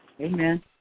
Amen